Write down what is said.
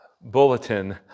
bulletin